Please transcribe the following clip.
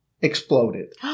exploded